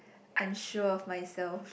unsure myself